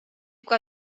que